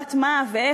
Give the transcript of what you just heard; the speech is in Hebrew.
לטובת מה ואיך,